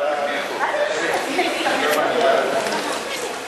ההצעה להעביר את הצעת חוק התקשורת